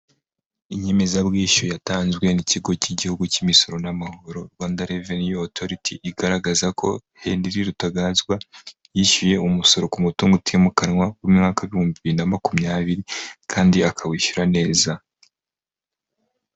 Inyemezabwishyu yatanzwe n'ikigo k'igihugu k'imisoro n'amahoro Rwanda reveni otoriti igaragaza ko Hendriy RUTAGANZWA yishyuye umusoro ku mutungo utimukanwa mu mwaka w'ibihumbi bibiri na makumyabiri kandi akawishyura neza.